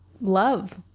love